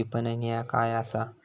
विपणन ह्या काय असा?